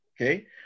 Okay